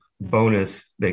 bonus